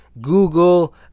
Google